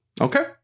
Okay